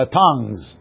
tongues